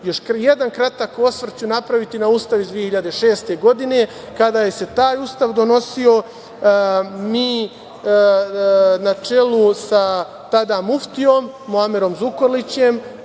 jedan kratak osvrt ću napraviti na Ustav iz 2006. godine. Kada se taj Ustav donosio, mi, na čelu sa tada muftijom Muamerom Zukorlićem,